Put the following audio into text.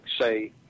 say